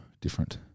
different